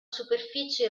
superficie